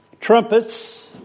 trumpets